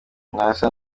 ntasa